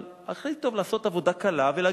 אבל הכי טוב לעשות עבודה קלה ולהגיד: